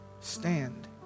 Stand